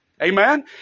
Amen